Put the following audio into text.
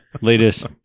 latest